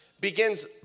begins